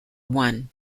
one